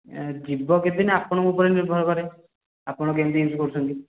ଯିବ କେତେଦିନ ଆପଣଙ୍କ ଉପରେ ନିର୍ଭର କରେ ଆପଣ କେମିତି ୟୁଜ୍ କରୁଛନ୍ତି